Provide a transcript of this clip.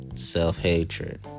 self-hatred